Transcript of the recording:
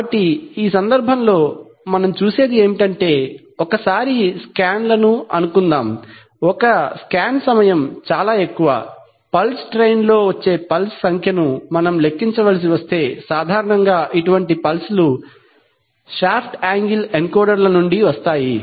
కాబట్టి ఈ సందర్భంలో మనం చూసేది ఏమిటంటే ఒకసారి స్కాన్ లను అనుకుందాం ఒక స్కాన్ సమయం చాలా ఎక్కువ పల్స్ ట్రైన్స్ లో వచ్చే పల్స్ pulsesల సంఖ్యను మనం లెక్కించవలసి వస్తే సాధారణంగా ఇటువంటి పల్స్ లు షాఫ్ట్ యాంగిల్ ఎన్కోడర్ల నుండి వస్తాయి